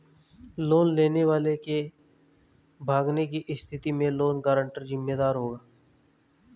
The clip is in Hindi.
लोन लेने वाले के भागने की स्थिति में लोन गारंटर जिम्मेदार होगा